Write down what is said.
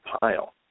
pile